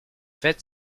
faites